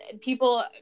people